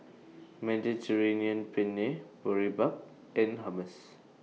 Mediterranean Penne Boribap and Hummus